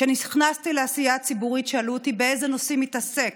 כשנכנסתי לעשייה הציבורית שאלו אותי באיזה נושאים אתעסק.